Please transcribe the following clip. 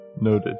Noted